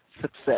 success